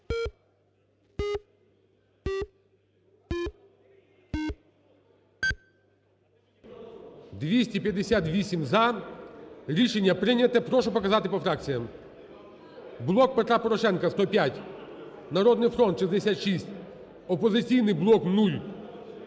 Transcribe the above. За-258 Рішення прийняте. Прошу показати по фракціях. "Блок Петра Порошенка" – 105, "Народний фронт" – 66, "Опозиційний блок" –